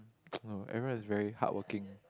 everyone is very hardworking